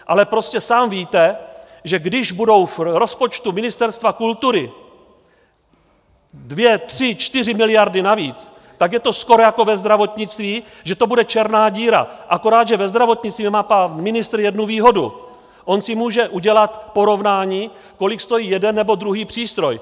Ale prostě sám víte, že když budou v rozpočtu Ministerstva kultury dvě, tři, čtyři miliardy navíc, tak je to skoro jako ve zdravotnictví, že to bude černá díra, akorát že ve zdravotnictví má pan ministr jednu výhodu on si může udělat porovnání, kolik stojí jeden nebo druhý přístroj.